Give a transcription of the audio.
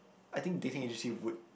I think dating agency would